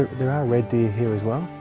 red deer here as well.